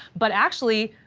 but actually,